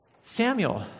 Samuel